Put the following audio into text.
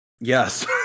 Yes